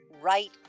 right